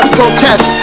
protest